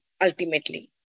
ultimately